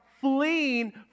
fleeing